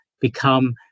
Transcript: become